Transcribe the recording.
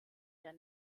der